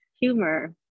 humor